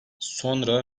sonra